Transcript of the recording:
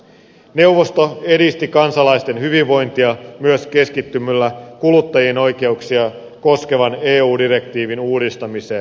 neuvosto edisti kansalaisten hyvinvointia myös keskittymällä kuluttajien oikeuksia koskevan eu direktiivin uudistamiseen